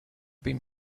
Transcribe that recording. been